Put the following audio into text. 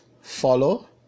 follow